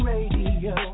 Radio